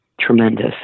tremendous